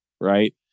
right